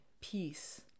peace